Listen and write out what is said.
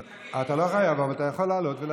אתה לא חייב אבל אתה יכול לעלות.